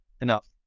enough